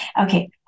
Okay